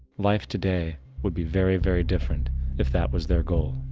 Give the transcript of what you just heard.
life today would be very very different if that was their goal.